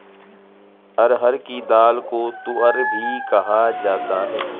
अरहर की दाल को तूअर भी कहा जाता है